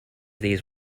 these